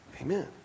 Amen